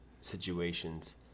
situations